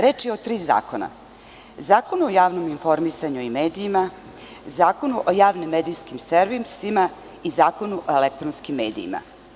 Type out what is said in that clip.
Reč je o tri zakona – Zakonu o javnom informisanju i medijima, Zakonu o javnim medijskim servisima i Zakonu o elektronskim medijima.